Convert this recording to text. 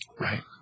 Right